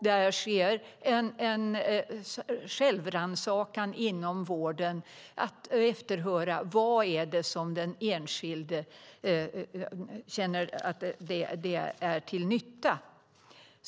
Det sker en självrannsakan inom vården när det gäller att efterhöra vad den enskilde känner är till nytta.